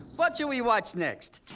what shall we watch next?